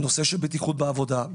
נושא של בטיחות בעבודה,